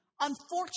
Unfortunately